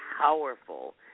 powerful